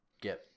get